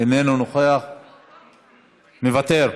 מוותר,